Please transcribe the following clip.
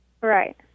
Right